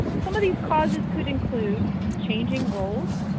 some of these causes could include, changing roles.